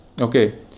Okay